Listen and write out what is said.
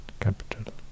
capital